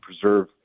preserve